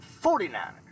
49ers